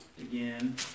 again